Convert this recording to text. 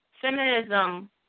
feminism